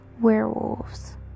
werewolves